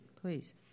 please